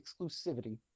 exclusivity